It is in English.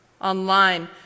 online